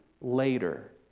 later